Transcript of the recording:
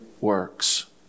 works